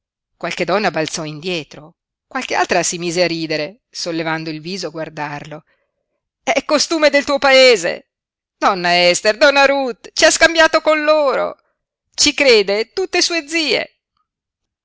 qualche donna balzò indietro qualche altra si mise a ridere sollevando il viso a guardarlo è costume del tuo paese donna ester donna ruth ci ha scambiato con loro ci crede tutte sue zie